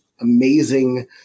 amazing